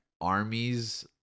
armies